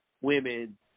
women